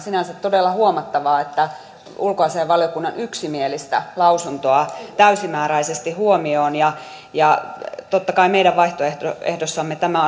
lausuntoa sinänsä todella huomattavaa että ulkoasiainvaliokunnan yksimielistä lausuntoa täysimääräisesti huomioon ja ja totta kai meidän vaihtoehdossamme tämä